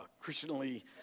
Christianly